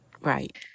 Right